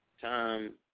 time